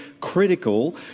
critical